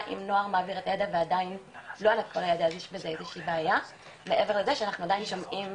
מעבר לזה שאנחנו עדיין שומעים